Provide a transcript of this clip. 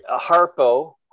Harpo